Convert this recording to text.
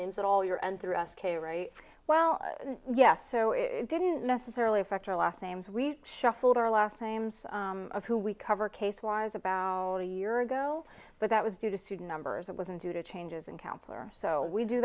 name is it all your and through us k right well yes so it didn't necessarily affect our last names we shuffled our last names of who we cover case wise about a year ago but that was due to student numbers it wasn't due to changes in counselor so we do